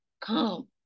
come